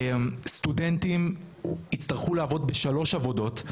סטודנטים יצטרכו לעבוד בשלוש עבודות,